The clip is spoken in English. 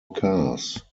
cars